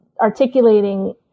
articulating